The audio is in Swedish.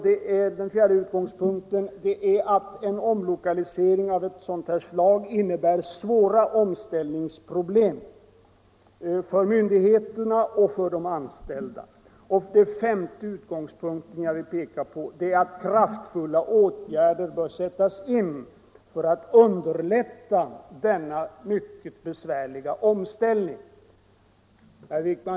Den fjärde utgångspunkten är att en omlokalisering av detta slag innebär svåra omställningsproblem för myndigheterna och för de anställda. Den femte utgångspunkten är att kraftfulla åtgärder bör sättas in för att underlätta denna i synnerhet för de anställda mycket besvärliga omställning.